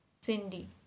Cindy